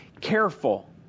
careful